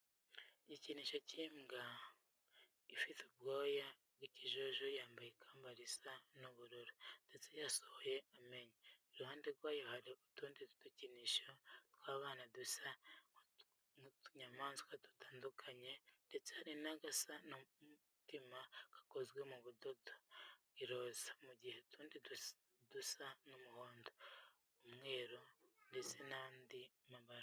Igikinisho cy'imbwa ifite ubwoya bw'ikijuju bayambitse ikamba risa n'ubururu ndetse yasohoye amenyo. Iruhande rwayo hari utundi dukinisho tw'abana dusa n'utunyamaswa dutandukanye ndetse hari n'agasa n'umutima gakozwe mu budodo bw'iroza mu gihe utundi dusa n'umuhondo, umweru ndetse n'andii mabara.